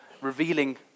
revealing